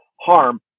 harm